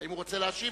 האם הוא רוצה להשיב?